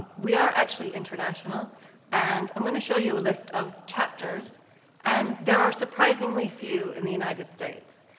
we are actually international and i'm gonna show you a list of chapters and there are surprisingly few in the united states.